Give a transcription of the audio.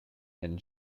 and